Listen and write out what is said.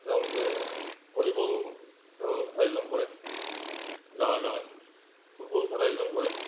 তেওঁলোকে ভলীবল খেল আয়োজন কৰে গাঁৱে গাঁৱে ফুটবল খেল আয়োজন কৰে